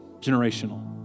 generational